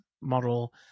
model